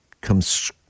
comes